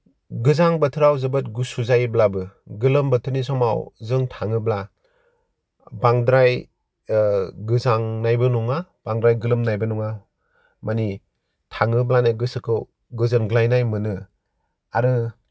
गोजां बोथोराव जोबोद गुसु जायोब्लाबो गोलोम बोथोरनि समाव जों थाङोब्ला बांद्राय ओ गोजांनायबो नङा बांद्राय गोलोमनायबो नङा माने थाङोब्लानो गोसोखौ गोजोनग्लायनाय मोनो आरो